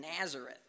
Nazareth